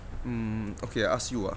mm okay I ask you ah